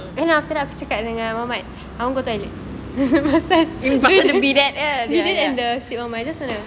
pasal dia punya bad day ya ya